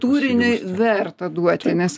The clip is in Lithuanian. turinį verta duoti nes